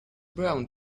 brown